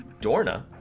Dorna